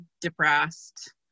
depressed